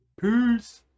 Peace